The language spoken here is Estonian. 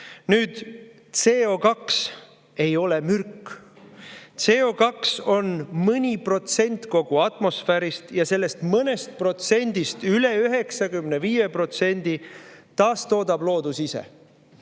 CO2ei ole mürk, CO2on mõni protsent kogu atmosfäärist ja sellest mõnest protsendist üle 95% taastoodab loodus ise.